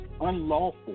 unlawful